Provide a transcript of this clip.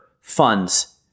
funds